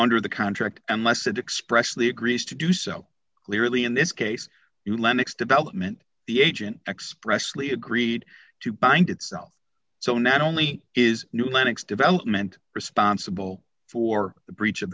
under the contract unless it expression he agrees to do so clearly in this case you linux development the agent expressly agreed to bind itself so not only is gnu linux development responsible for the breach of